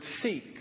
seek